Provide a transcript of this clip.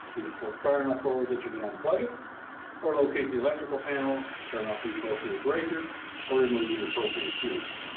either pull it far enough forward that you can unplug it or locate the electrical panel, turn off the appropriate breaker or remove the appropriate fuse.